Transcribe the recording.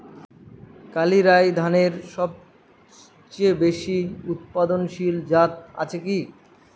কালিরাই ধানের সবচেয়ে বেশি উৎপাদনশীল জাত আছে কি?